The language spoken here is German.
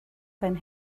sein